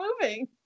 moving